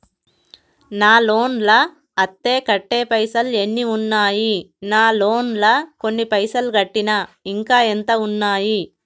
నా లోన్ లా అత్తే కట్టే పైసల్ ఎన్ని ఉన్నాయి నా లోన్ లా కొన్ని పైసల్ కట్టిన ఇంకా ఎంత ఉన్నాయి?